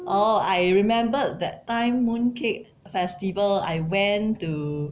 oh I remembered that time mooncake festival I went to